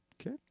Okay